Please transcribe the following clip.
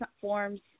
forms